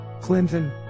Clinton